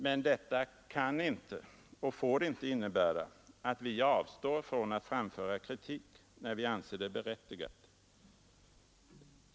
Men detta kan inte och får inte innebära att vi avstår från att framföra kritik när vi anser det berättigat.